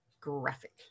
graphic